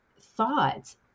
thoughts